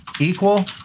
equal